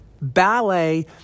Ballet